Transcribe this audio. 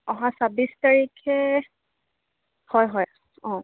অহা ছাব্বিছ তাৰিখে হয় হয় অঁ